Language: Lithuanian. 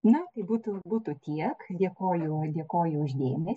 na ir būtų būtų tiek dėkoju dėkoju už dėmes